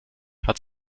hat